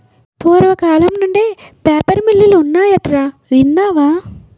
పూర్వకాలం నుండే పేపర్ మిల్లులు ఉన్నాయటరా ఇన్నావా